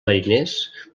mariners